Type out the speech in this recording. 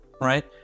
right